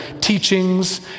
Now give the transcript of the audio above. teachings